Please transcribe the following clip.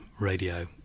radio